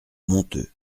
monteux